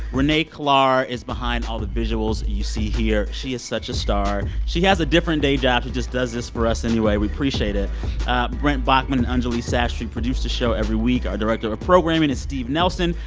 renee klar is behind all the visuals you see here. she is such a star. she has a different day job. she just does this for us anyway. we appreciate it brent baughman and anjuli sastry produce the show every week. our director of programming is steve nelson.